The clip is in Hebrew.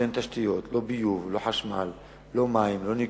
שאין תשתיות, לא ביוב, לא חשמל, לא מים, לא ניקוז,